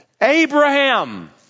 Abraham